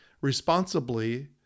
responsibly